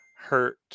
hurt